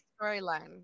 storyline